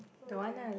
who do you